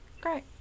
great